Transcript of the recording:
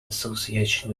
association